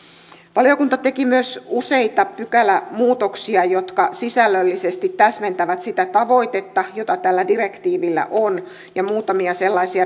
valiokunta teki myös useita pykälämuutoksia jotka sisällöllisesti täsmentävät sitä tavoitetta joka tällä direktiivillä on ja muutamia